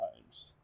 times